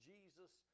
Jesus